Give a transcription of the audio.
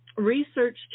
Research